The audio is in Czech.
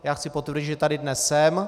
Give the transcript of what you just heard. Já chci potvrdit, že tady dnes jsem.